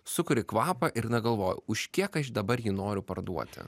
sukuri kvapą ir na galvoji už kiek aš dabar jį noriu parduoti